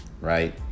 right